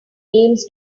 aims